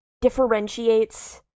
differentiates